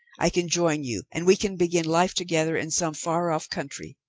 i can join you, and we can begin life together in some far-off country.